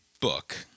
book